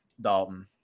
Dalton